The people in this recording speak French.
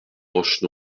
roche